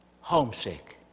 Homesick